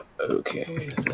Okay